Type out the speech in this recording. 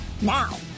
Now